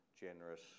generous